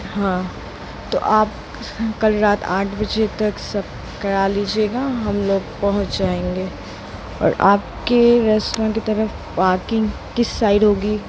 हाँ तो आप कल रात आठ बजे तक सब करा लीजीएगा हम लोग पहुँच जाएंगे और आपके रेस्ट्रॉं की तरफ़ पार्किंग किस साइड होगी